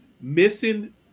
missing